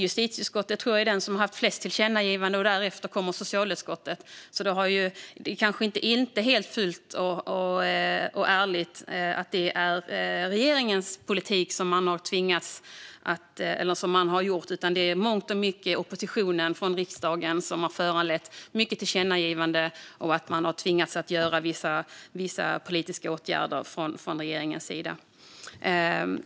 Justitieutskottet tror jag är det utskott som föreslagit flest tillkännagivanden, och därefter kommer socialutskottet, så det är kanske inte helt ärligt att säga att det är den föregående regeringens politik man bedrivit. Det är i mångt och mycket oppositionen i riksdagen som föranlett den med många förslag till tillkännagivanden, och man har tvingats vidta vissa politiska åtgärder från regeringens sida.